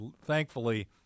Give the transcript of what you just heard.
thankfully